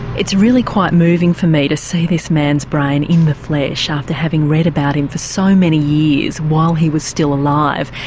it's really quite moving for me to see this man's brain in the flesh after having read about him for so many years while he was still alive.